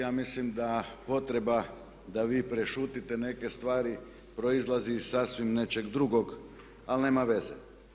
Ja mislim da potreba da vi prešutite neke stvari proizlazi iz sasvim nečeg drugog ali nema veze.